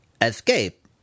Escape